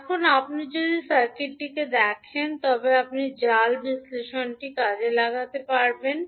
এখন আপনি যদি সার্কিটটি দেখেন তবে আপনি জাল বিশ্লেষণটি কাজে লাগাতে পারেন